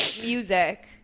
Music